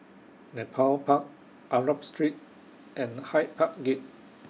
Nepal Park Arab Street and Hyde Park Gate